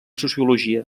sociologia